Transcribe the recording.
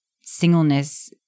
Singleness